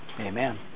Amen